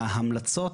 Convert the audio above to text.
ההמלצות,